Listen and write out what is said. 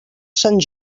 sant